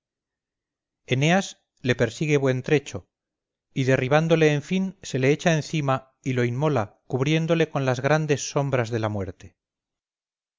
eneas le persigue buen trecho y derribándole en fin se le echa encima y lo inmola cubriéndole con las grandes sombras de la muerte